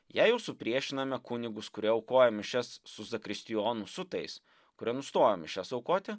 jei jau supriešiname kunigus kurie aukoja mišias su zakristijonu su tais kurie nustojo mišias aukoti